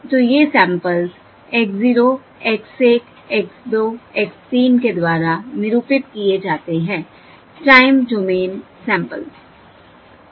तो ये samples X0 X1 X2 X3 के द्वारा निरूपित किए जाते है टाइम डोमेन सैंपल्स